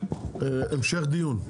המשך דיון.